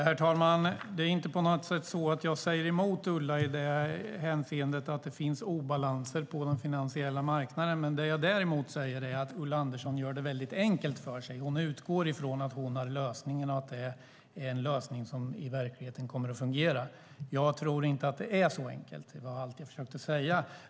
Herr talman! Det är inte på något sätt så att jag säger emot Ulla i det hänseendet att det finns obalanser på den finansiella marknaden. Däremot säger jag att Ulla Andersson gör det väldigt enkelt för sig. Hon utgår från att hon har lösningen och att det är en lösning som kommer att fungera i verkligheten. Jag tror inte att det är så enkelt. Det var allt jag försökte säga.